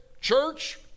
church